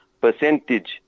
percentage